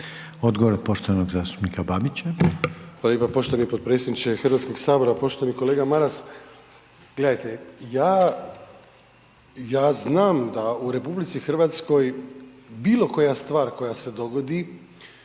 Odgovor poštovanog zastupnika Babića.